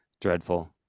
dreadful